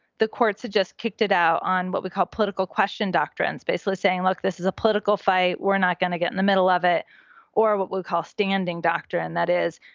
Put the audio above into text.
the courts have just kicked it out on what we call political question doctrine, baseless, saying, look, this is a political fight. we're not going to get in the middle of it or what we call standing doctrine. that is,